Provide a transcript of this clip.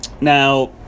now